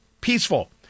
peaceful